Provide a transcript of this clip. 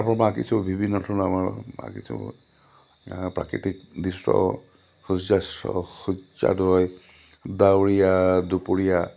তাৰ পৰা মই আঁকিছোঁ বিভিন্ন ধৰণৰ আমাৰ আঁকিছোঁ মই প্ৰাকৃতিক দৃশ্য সূৰ্যাস্ত সূৰ্যোদয় ডাৱৰীয়া দুপৰীয়া